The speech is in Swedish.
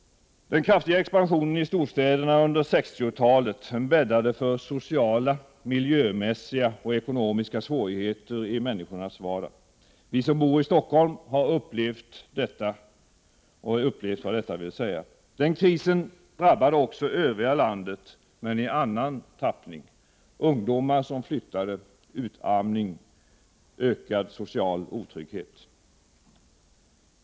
Den kraftiga expansionen i storstäderna under 60-talet bäddade för sociala, miljömässiga och ekonomiska svårigheter i människornas vardag. Vi som bor i Stockholm har upplevt vad detta vill säga. Den krisen drabbade också övriga landet men i annan tappning: ungdomar som flyttade, utarmning, ökad social otrygghet.